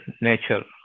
nature